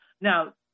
now